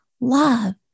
love